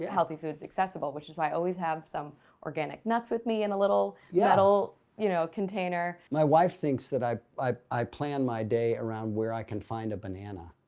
healthy foods accessible, which is why i always have some organic nuts with me in a little, yeah you know, container. my wife thinks that i like i plan my day around where i can find a banana.